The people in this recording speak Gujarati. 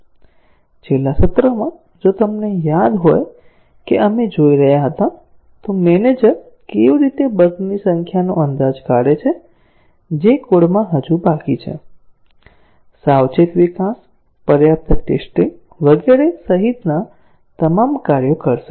છેલ્લા સત્રમાં જો તમને યાદ હોય કે આપણે જોઈ રહ્યા હતા તો મેનેજર કેવી રીતે બગ ની સંખ્યાનો અંદાજ કાઢે છે જે કોડમાં હજુ બાકી છે સાવચેત વિકાસ પર્યાપ્ત ટેસ્ટીંગ વગેરે સહિતના તમામ કાર્યો કરશે